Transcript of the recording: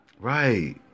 Right